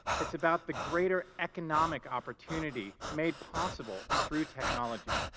it's about the greater economic opportunity made possible through technology